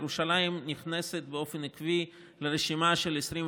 ירושלים נכנסת באופן עקבי לרשימה של 25